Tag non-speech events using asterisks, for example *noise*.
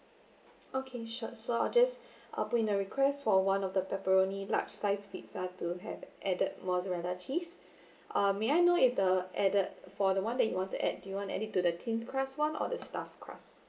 okay sure so I'll just *breath* I'll put in the request for one of the pepperoni large size pizza to have added mozzarella cheese *breath* uh may I know if the added for the one that you want to add do you want add it to the thin crust [one] or the stuffed crust